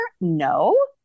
No